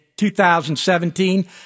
2017